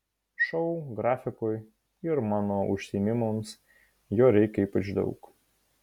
šou grafikui ir mano užsiėmimams jo reikia ypač daug